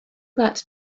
that